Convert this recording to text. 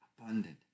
Abundant